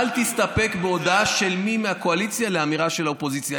אל תסתפק בהודעה של מי מהקואליציה לאמירה של האופוזיציה.